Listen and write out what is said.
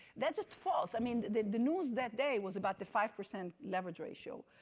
that's just false. i mean the the news that day was about the five percent leverage ratio.